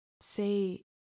say